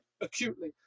acutely